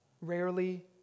rarely